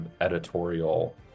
editorial